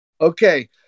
Okay